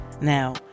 Now